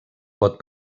pot